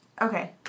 Okay